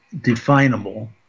definable